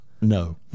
No